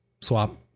swap